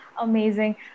amazing